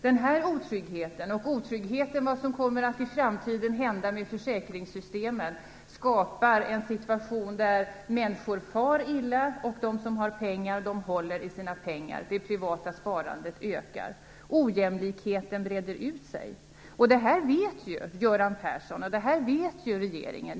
Den här otryggheten och otryggheten när det gäller vad som i framtiden kommer att hända med försäkringssystemen skapar en situation där människor far illa, och de som har pengar håller i sina pengar - det privata sparandet ökar. Ojämlikheten breder ut sig. Det här vet Göran Persson och regeringen.